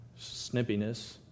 snippiness